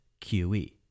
QE